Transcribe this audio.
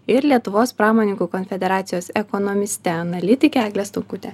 ir lietuvos pramonininkų konfederacijos ekonomiste analitike egle stonkute